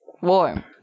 warm